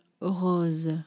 Rose